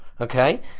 Okay